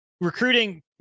recruiting